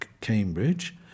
Cambridge